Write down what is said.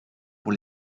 pour